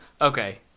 okay